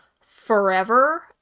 forever